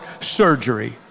surgery